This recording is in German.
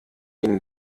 ihnen